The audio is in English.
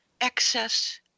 excess